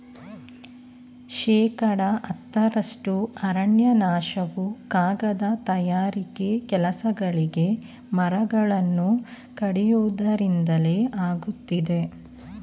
ಶೇಕಡ ಹತ್ತರಷ್ಟು ಅರಣ್ಯನಾಶವು ಕಾಗದ ತಯಾರಿಕೆ ಕೆಲಸಗಳಿಗೆ ಮರಗಳನ್ನು ಕಡಿಯುವುದರಿಂದಲೇ ಆಗುತ್ತಿದೆ